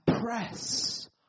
press